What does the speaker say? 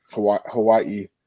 Hawaii